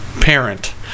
parent